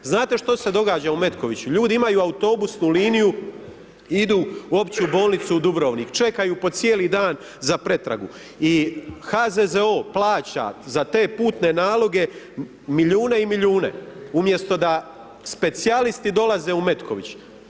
Znate što se događa u Metkoviću, ljudi imaju autobusnu liniju, idu u Opću bolnicu Dubrovnik, čekaju po cijeli dan za pretragu i HZZO plaća za te putne naloge milijune i milijune, umjesto da specijalisti dolaze u Metković.